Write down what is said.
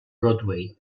broadway